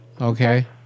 Okay